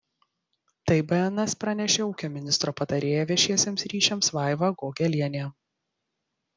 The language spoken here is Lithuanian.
tai bns pranešė ūkio ministro patarėja viešiesiems ryšiams vaiva gogelienė